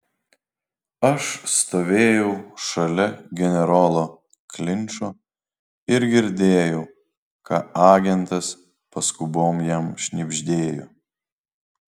aš stovėjau šalia generolo klinčo ir girdėjau ką agentas paskubom jam šnibždėjo